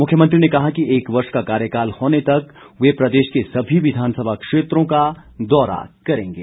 मुख्यमंत्री ने कहा कि एक वर्ष का कार्यकाल होने तक वे प्रदेश के सभी विधानसभा क्षेत्रों का दौरा करेंगे